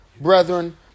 brethren